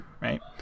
right